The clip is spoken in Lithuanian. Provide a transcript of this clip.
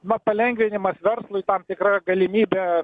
na palengvinimas verslui tam tikra galimybė